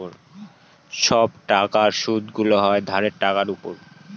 সব টাকার সুদগুলো হয় ধারের টাকার উপর